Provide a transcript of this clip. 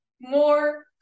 more